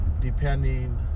depending